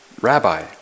Rabbi